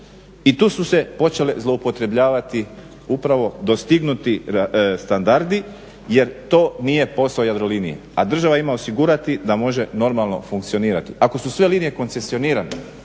I tu su se počele zloupotrebljavati upravo dostignuti standardi jer to nije posao Jadrolinije, a država ima osigurati da može normalno funkcionirati. Ako su sve linije koncesionirane,